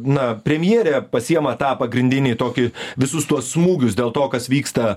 na premjerė pasiima tą pagrindinį tokį visus tuos smūgius dėl to kas vyksta